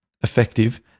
effective